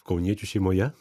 kauniečių šeimoje